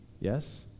Yes